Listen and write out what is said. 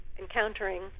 encountering